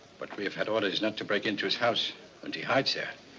but we'd had orders not to break into his house and he hides there.